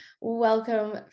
Welcome